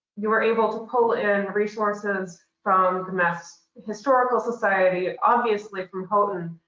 you were able to pull in resources from the mass historical society, and obviously, from houghton,